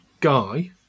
guy